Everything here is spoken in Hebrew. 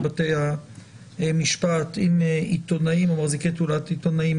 בתי המשפט עם מחזיקי תעודת עיתונאים,